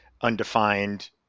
undefined